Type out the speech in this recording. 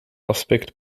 aspect